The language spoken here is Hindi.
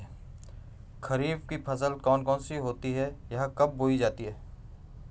खरीफ की फसल कौन कौन सी होती हैं यह कब बोई जाती हैं?